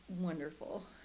wonderful